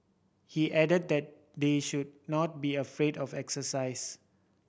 he added that they should not be afraid of exercise